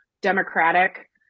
Democratic